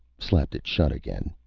slapped it shut again.